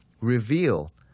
reveal